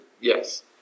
yes